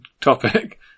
topic